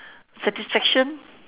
satisfaction